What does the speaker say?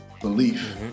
belief